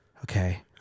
okay